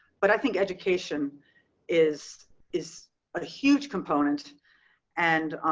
but i think education is is a huge component and